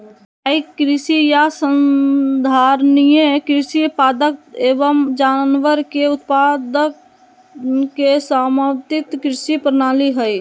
स्थाई कृषि या संधारणीय कृषि पादप एवम जानवर के उत्पादन के समन्वित कृषि प्रणाली हई